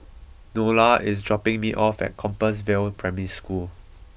Nola is dropping me off at Compassvale Primary School